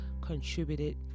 contributed